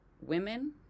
women